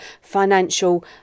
financial